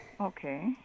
Okay